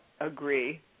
agree